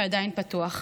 שעדיין פתוח.